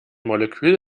molekül